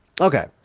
Okay